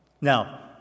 Now